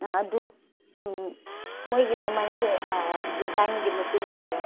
ꯑꯪ ꯑꯗꯨ ꯃꯣꯏꯒꯤ ꯃꯃꯜꯁꯦ ꯗꯤꯖꯥꯏꯟꯒꯤ ꯃꯇꯨꯡ ꯏꯜꯂꯦ